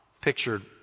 pictured